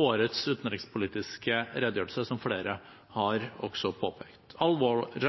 årets utenrikspolitiske redegjørelse, som flere også har påpekt. Alvoret